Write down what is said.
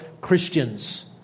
Christians